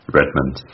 Redmond